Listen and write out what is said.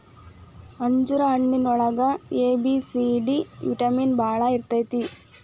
ಅಂಜೂರ ಹಣ್ಣಿನೊಳಗ A, B, C, D vitamin ಬಾಳ ಇರ್ತೈತಿ